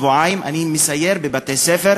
שבועיים אני מסייר בבתי-ספר,